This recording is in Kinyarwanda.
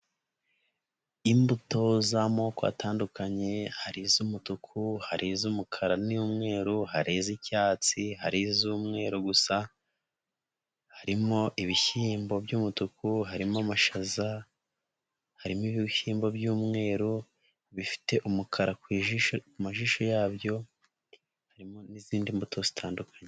Imbuto z'amoko atandukanye, hari iz'umutuku, hari iz'umukara n'umweru, haz'icyatsi, hariz'umweru gusa, harimo ibishyimbo by'umutuku, harimo amashaza, harimo ibishyimbo by'umweru, bifite umukara ku majisho yabyo, harimo n'izindi mbuto zitandukanye.